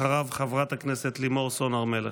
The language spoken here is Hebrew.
אחריו, חברת הכנסת לימור סון הר מלך.